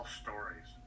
stories